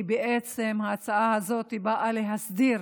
כי ההצעה הזאת באה להסדיר